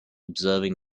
observing